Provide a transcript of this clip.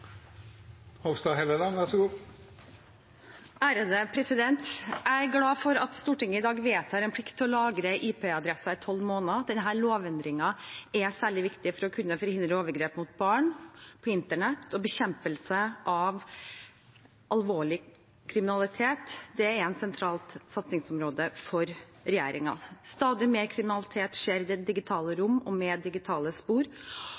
glad for at Stortinget i dag vedtar en plikt til å lagre IP-adresser i tolv måneder. Denne lovendringen er særlig viktig for å kunne forhindre overgrep mot barn på internett. Bekjempelse av alvorlig kriminalitet er et sentralt satsingsområde for regjeringen. Stadig mer kriminalitet skjer i det digitale rom og med digitale spor.